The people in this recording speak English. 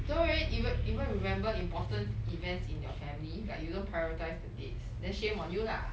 don't really even even remember important events in your family like you don't prioritise the dates then shame on you lah